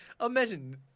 Imagine